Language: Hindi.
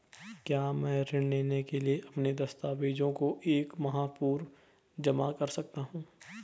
क्या मैं ऋण लेने के लिए अपने दस्तावेज़ों को एक माह पूर्व जमा कर सकता हूँ?